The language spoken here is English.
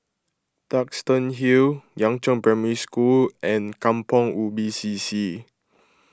Duxton Hill Yangzheng Primary School and Kampong Ubi C C